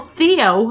Theo